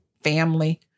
family